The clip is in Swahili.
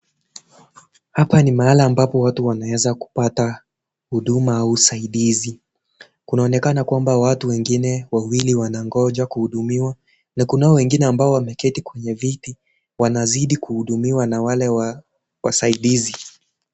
Hapa ni mahala ambapo watu wanaeza kupata huduma au usaidizi. Kunaonekana kwamba watu wengine wawili wanangoja kuhudumiwa, na kunao wengine ambao wameketi kwenye viti, wanazidi kuhudumiwa na wale wasaidizi.